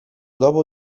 dopo